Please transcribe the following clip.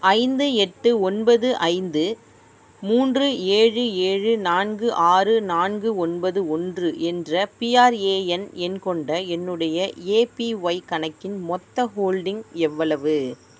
ஐந்து எட்டு ஒன்பது ஐந்து மூன்று ஏழு ஏழு நான்கு ஆறு நான்கு ஒன்பது ஓன்று என்ற பிஆர்ஏஎன் எண் கொண்ட என்னுடைய ஏபிஒய் கணக்கின் மொத்த ஹோல்டிங் எவ்வளவு